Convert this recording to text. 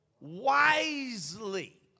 wisely